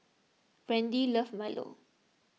Brandie loves Milo